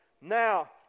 Now